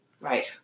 Right